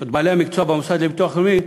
את בעלי המקצוע במוסד לביטוח לאומי,